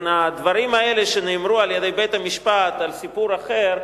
הדברים האלה שנאמרו על-ידי בית-המשפט על סיפור אחר,